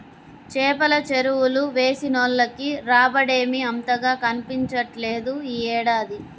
చేపల చెరువులు వేసినోళ్లకి రాబడేమీ అంతగా కనిపించట్లేదు యీ ఏడాది